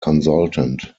consultant